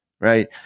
right